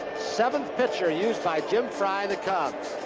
seventh pitcher used by jim frey, the cubs.